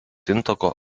intako